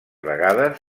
vegades